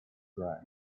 dry